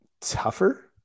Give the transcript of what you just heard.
tougher